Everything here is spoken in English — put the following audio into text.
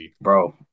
bro